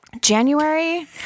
January